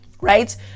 right